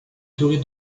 durée